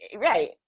Right